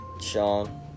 Sean